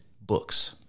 books